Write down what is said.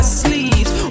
sleeves